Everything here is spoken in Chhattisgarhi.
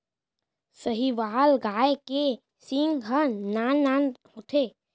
साहीवाल गाय के सींग ह नान नान होथे